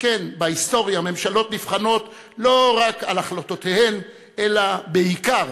שכן בהיסטוריה ממשלות נבחנות לא רק על החלטותיהן אלא בעיקר,